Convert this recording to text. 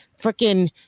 freaking